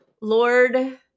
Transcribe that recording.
Lord